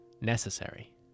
Necessary